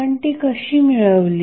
आपण ती कशी मिळवली